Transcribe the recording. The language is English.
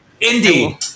Indeed